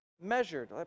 measured